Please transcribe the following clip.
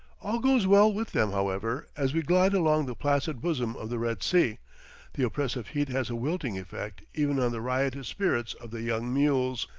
all goes well with them, however, as we glide along the placid bosom of the red sea the oppressive heat has a wilting effect even on the riotous spirits of the young mules.